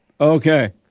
Okay